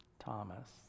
Thomas